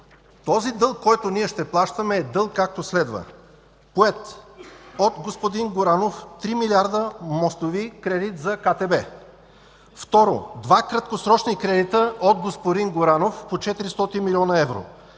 Този дълг, който ние ще плащаме, е дълг, както следва: поет от господин Горанов – 3 милиарда мостови кредит за КТБ. Второ, два краткосрочни кредита, от господин Горанов, по 400 млн. евро.,